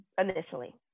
Initially